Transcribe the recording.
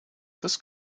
this